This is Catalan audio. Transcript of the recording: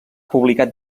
publicat